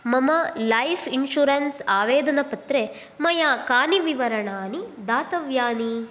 मम life insurance आवेदनपत्रे मया कानि विवरणानि दातव्यानि